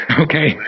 Okay